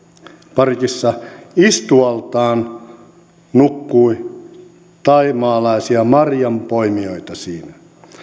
parkissa istualtaan nukkui thaimaalaisia marjanpoimijoita siinä